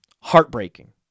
Heartbreaking